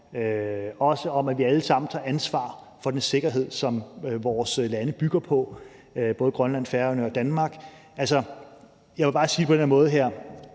om, at vi alle sammen tager ansvar for den sikkerhed, som vores lande bygger på, både Grønland, Færøerne og Danmark. Jeg vil bare sige det på den her